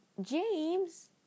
James